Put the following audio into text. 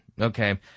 Okay